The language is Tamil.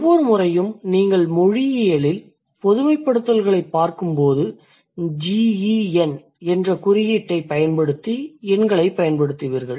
ஒவ்வொரு முறையும் நீங்கள் மொழியியலில் பொதுமைப்படுத்தல்களைப் பார்க்கும்போது GEN என்ற குறியீட்டைப் பயன்படுத்தி எண்களைப் பயன்படுத்துவீர்கள்